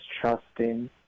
trusting